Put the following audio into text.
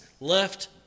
left